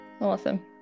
awesome